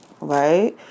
right